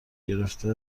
گرفته